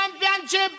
championship